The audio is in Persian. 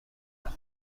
بهتر